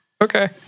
Okay